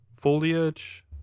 Foliage